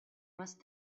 must